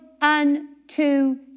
unto